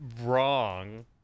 wrong